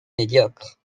médiocre